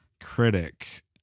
critic